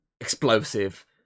explosive